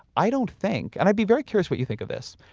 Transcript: i don't think, and i'd be very curious what you think of this,